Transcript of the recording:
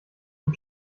vom